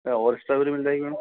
और स्ट्रॉबेरी मिल जाएगी मैडम